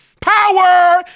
power